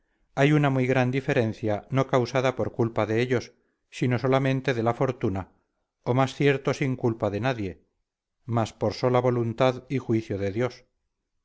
hay una muy gran diferencia no causada por culpa de ellos sino solamente de la fortuna o más cierto sin culpa de nadie mas por sola voluntad y juicio de dios